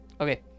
Okay